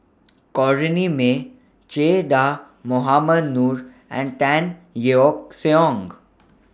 Corrinne May Che Dah Mohamed Noor and Tan Yeok Seong